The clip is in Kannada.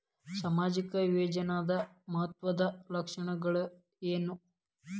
ಸಾಮಾಜಿಕ ಯೋಜನಾದ ಮಹತ್ವದ್ದ ಲಕ್ಷಣಗಳೇನು?